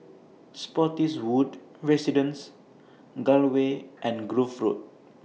Spottiswoode Residences Gul Way and Grove Road